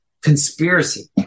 conspiracy